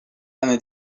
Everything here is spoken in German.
eine